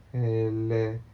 eleh